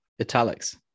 italics